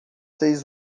seis